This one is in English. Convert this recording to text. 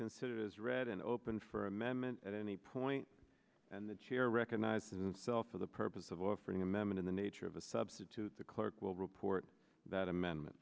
considered as read and open for amendment at any point and the chair recognizes and self for the purpose of offering a memon in the nature of a substitute the clerk will report that amendment